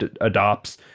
adopts